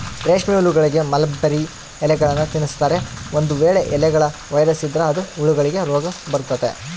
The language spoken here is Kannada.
ರೇಷ್ಮೆಹುಳಗಳಿಗೆ ಮಲ್ಬೆರ್ರಿ ಎಲೆಗಳ್ನ ತಿನ್ಸ್ತಾರೆ, ಒಂದು ವೇಳೆ ಎಲೆಗಳ ವೈರಸ್ ಇದ್ರ ಅದು ಹುಳಗಳಿಗೆ ರೋಗಬರತತೆ